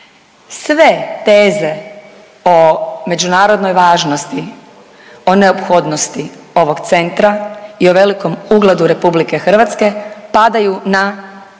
Sve teze o međunarodnoj važnosti, o neophodnosti ovog centra i o velikom ugledu Republike Hrvatske padaju na